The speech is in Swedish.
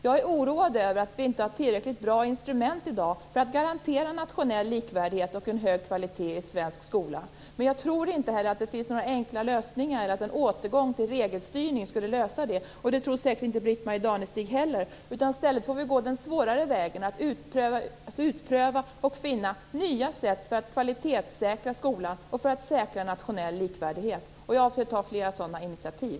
Jag är oroad över att vi inte har tillräckligt bra instrument i dag för att garantera en nationell likvärdighet och en hög kvalitet i svensk skola. Men jag tror inte heller att det finns några enkla lösningar eller att en återgång till regelstyrning skulle lösa det här. Det tror säkert inte Britt-Marie Danestig heller. I stället får vi gå den svårare vägen; att utpröva och finna nya sätt att kvalitetssäkra skolan och säkra nationell likvärdighet. Jag avser att ta flera sådana initiativ.